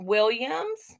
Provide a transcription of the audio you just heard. Williams